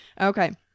Okay